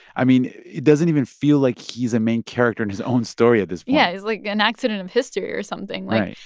i mean, it doesn't even feel like he's a main character in his own story at this point yeah. it's like an accident of history or something right